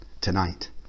tonight